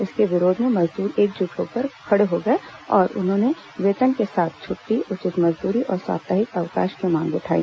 इसके विरोध में मजदूर एकजुट होकर खड़े हो गये और उन्होंने वेतन के साथ छुट्टी उचित मजदूरी और साप्ताहिक अवकाश की मांग उठाई